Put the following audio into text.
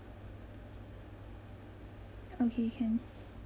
okay can